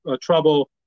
trouble